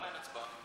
למה אין הצבעה?